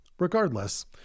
Regardless